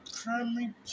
primary